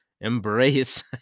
Embrace